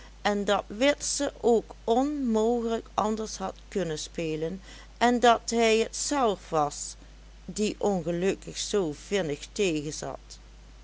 en dat witse ook onmogelijk anders had kunnen spelen en dat hij het zelf was die ongelukkig zoo vinnig tegenzat